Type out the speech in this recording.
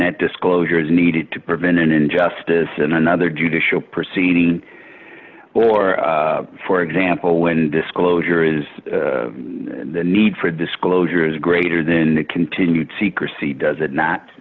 that disclosure is needed to prevent an injustice in another judicial proceeding or for example when disclosure is the need for disclosure is greater then the continued secrecy does it not